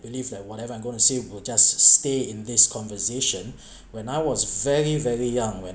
believe that whatever I'm going to say will just stay in this conversation when I was very very young when